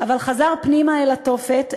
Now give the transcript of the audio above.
אבל חזר פנימה אל התופת,